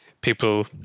people